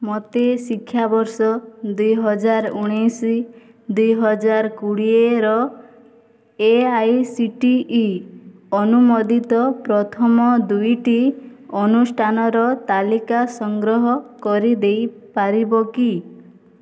ମୋତେ ଶିକ୍ଷାବର୍ଷ ଦୁଇହଜାର ଉଣେଇଶ ଦୁଇହଜାର କୋଡ଼ିଏର A I C T E ଅନୁମୋଦିତ ପ୍ରଥମ ଦୁଇଟି ଅନୁଷ୍ଠାନର ତାଲିକା ସଂଗ୍ରହ କରି ଦେଇପାରିବ କି